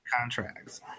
contracts